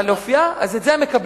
על אופיה, אז את זה הם מקבלים,